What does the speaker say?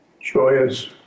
joyous